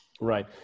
Right